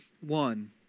one